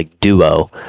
duo